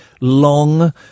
Long